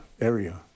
area